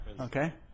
Okay